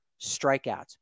strikeouts